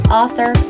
author